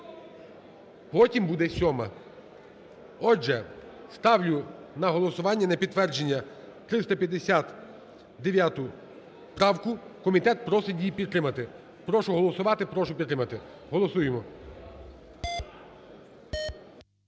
Потім буде 7-а. Отже, ставлю на голосування на підтвердження 359 правку. Комітет просить її підтримати. Прошу проголосувати, прошу підтримати. Голосуємо.